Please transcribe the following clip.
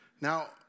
Now